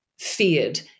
feared